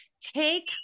Take